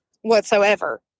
whatsoever